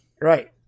Right